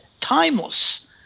timeless